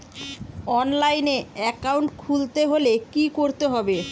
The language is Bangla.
অনলাইনে একাউন্ট খুলতে হলে কি করতে হবে?